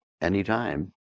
anytime